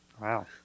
Wow